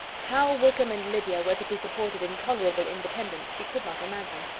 how wickham and lydia were to be supported in tolerable independence, she could not imagine.